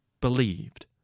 believed